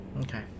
Okay